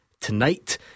tonight